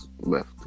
left